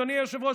אדוני היושב-ראש,